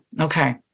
okay